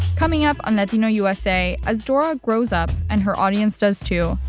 coming up on latino usa, as dora grows up and her audience does, too,